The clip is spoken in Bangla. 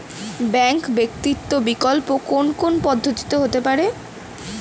ব্যাংক ব্যতীত বিকল্প কোন কোন পদ্ধতিতে হতে পারে?